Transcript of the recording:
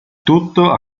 tutto